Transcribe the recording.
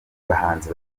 bahanzi